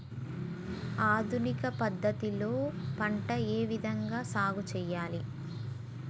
ఆధునిక పద్ధతి లో పంట ఏ విధంగా సాగు చేయాలి?